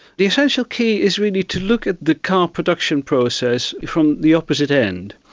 the essential key is really to look at the car production process from the opposite end.